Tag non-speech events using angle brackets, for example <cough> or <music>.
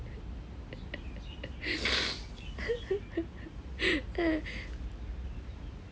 <laughs>